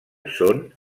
són